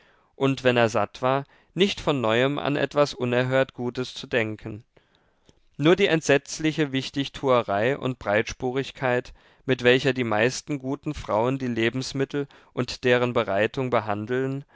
und wenn er satt war nicht von neuem an etwas unerhört gutes zu denken nur die entsetzliche wichtigtuerei und breitspurigkeit mit welcher die meisten guten frauen die lebensmittel und deren bereitung behandeln